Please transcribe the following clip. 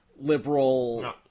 liberal